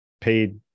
paid